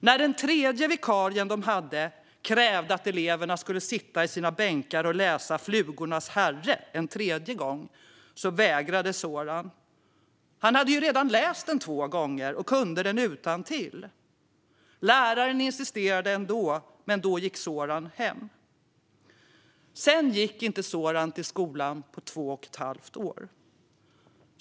När den tredje vikarien krävde att eleverna skulle sitta i sina bänkar och läsa Flugornas herre en tredje gång vägrade Soran. Han hade ju redan läst den två gånger och kunde den utantill! Läraren insisterade ändå, men då gick Soran hem. Sedan gick inte Soran till skolan på två och ett halvt år.